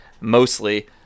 mostly